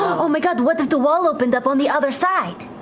oh my god, what if the wall opened up on the other side?